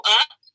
up